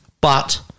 But-